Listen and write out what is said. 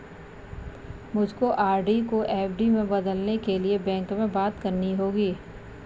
मुझको आर.डी को एफ.डी में बदलने के लिए बैंक में बात करनी होगी